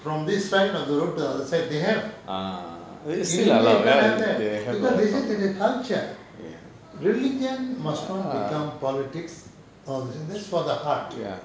from this side of the road to the other side they have in india you can't have that because they said that their culture religion must not become politics that's for the heart